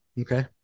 Okay